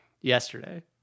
yesterday